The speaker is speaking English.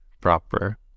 proper